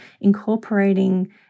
incorporating